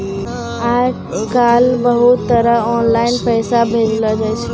आय काइल बहुते तरह आनलाईन पैसा भेजलो जाय छै